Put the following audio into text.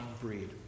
breed